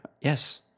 Yes